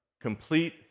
complete